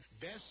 Best